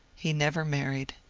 he never married.